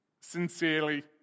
sincerely